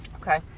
Okay